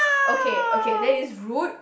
okay okay that is rude